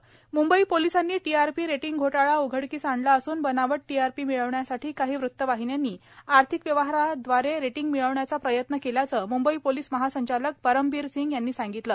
rating घोटाळा मुंबई पोलिसांनी TRP rating घोटाळा उघडकीस आणला असून बनावट टीआरपी मिळवण्यासाठी काही वृत्तवाहिन्यांनी आर्थिक व्यवहारादवारे रेटिंग मिळविण्याचा प्रयत्न केल्याचे मुंबई पोलिस महासंचालक परमबीरसिंग यांनी सांगितले